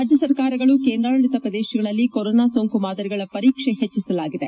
ರಾಜ್ಜ ಸರಕಾರಗಳು ಕೇಂದ್ರಾಡಳಿತ ಪ್ರದೇಶಗಳಲ್ಲಿ ಕೊರೊನಾ ಸೋಂಕು ಮಾದರಿಗಳ ಪರೀಕ್ಷೆ ಹೆಚ್ಚಿಸಲಾಗಿದೆ